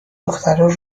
دخترا